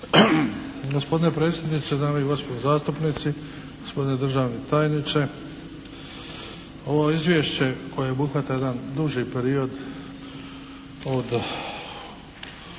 Gospodine predsjedniče, dame i gospodo zastupnici, gospodine državni tajniče. Ovo izvješće koje obuhvata jedan duži period od